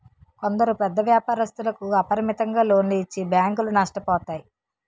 కొందరు పెద్ద వ్యాపారస్తులకు అపరిమితంగా లోన్లు ఇచ్చి బ్యాంకులు నష్టపోతాయి